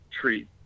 treat